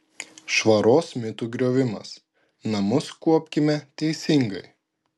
švaros mitų griovimas namus kuopkime teisingai